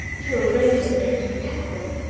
through a rain of drifting petals,